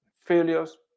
failures